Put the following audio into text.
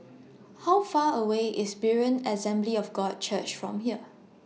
How Far away IS Berean Assembly of God Church from here